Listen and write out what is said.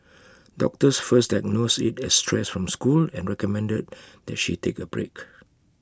doctors first diagnosed IT as stress from school and recommended that she take A break